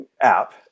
app